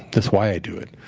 that's why i do it.